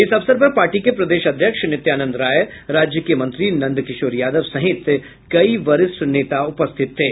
इस अवसर पर पार्टी के प्रदेश अध्यक्ष नित्यानंद राय राज्य के मंत्री नंद किशोर यादव सहित कई वरिष्ठ नेता उपस्थित थे